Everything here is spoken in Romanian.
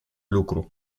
lucru